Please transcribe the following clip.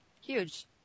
Huge